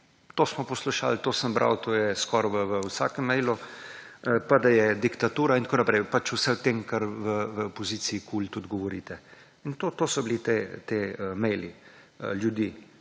To smo poslušali, to sem bral to je skoraj v vsakem e-mailu pa da je diktatura in tako naprej pač vse o tem, ker v opoziciji kul tudi govorite in to so bili tudi te e-mailu ljudi